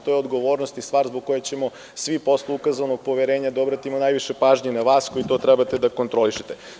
To je odgovornost i stvar zbog koje ćemo svi posle ukazanog poverenja da obratimo najviše pažnje na vas koji to treba da kontrolišete.